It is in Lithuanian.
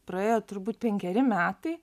praėjo turbūt penkeri metai